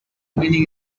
meaning